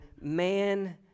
man